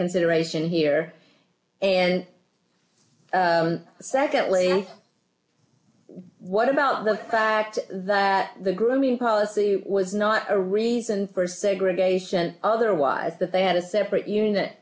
consideration here and secondly what about the fact that the grooming policy was not a reason for segregation otherwise that they had a separate unit